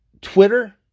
Twitter